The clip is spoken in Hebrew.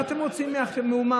מה אתם רוצים מאומן?